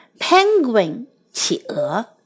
Penguin企鹅